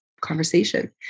conversation